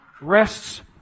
rests